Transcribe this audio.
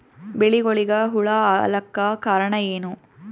ಬೆಳಿಗೊಳಿಗ ಹುಳ ಆಲಕ್ಕ ಕಾರಣಯೇನು?